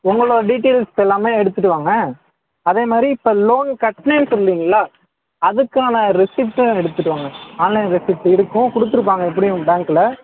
உங்களோட டீட்டெயில்ஸ் எல்லாமே எடுத்துகிட்டு வாங்க அதே மாதிரி இப்போ லோன் கட்டினேன்னு சொன்னிங்கல்லை அதுக்கான ரெஸிப்ட்டும் எடுத்துகிட்டு வாங்க ஆன்லைன் ரெஸிப்ட் இருக்கும் கொடுத்துருப்பாங்க எப்படியும் பேங்கில்